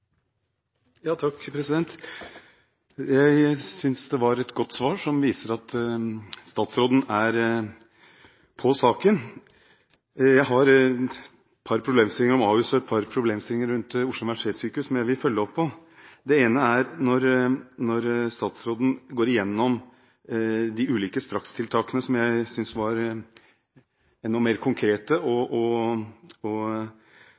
Jeg synes det var et godt svar, som viser at statsråden er «på» saken. Jeg har et par problemstillinger om Ahus og et par problemstillinger rundt Oslo universitetssykehus som jeg vil følge opp. Den ene er: I forbindelse med at statsråden går igjennom de ulike strakstiltakene – som jeg synes var enda mer konkrete og